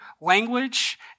language